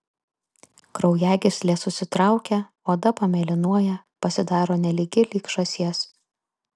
kraujagyslės susitraukia oda pamėlynuoja pasidaro nelygi lyg žąsies